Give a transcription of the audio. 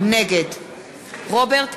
נגד רוברט אילטוב,